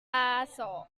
aso